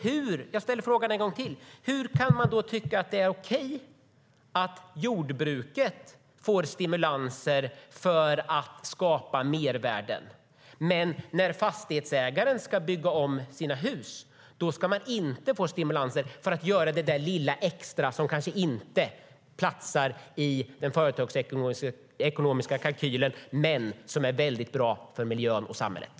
Jag ställer frågan en gång till: Hur kan man då tycka att det är okej att jordbruket får stimulanser för att skapa mervärden men inte fastighetsägare som ska bygga om sina hus? De ska inte få stimulanser för att göra det lilla extra som kanske inte platsar i den företagsekonomiska kalkylen men som är väldigt bra för miljön och samhället.